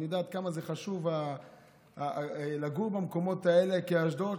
אני יודע כמה חשוב לגור במקומות האלה כאשדוד,